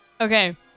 Okay